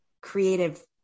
creative